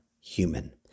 human